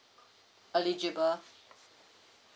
eligible